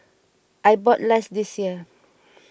I bought less this year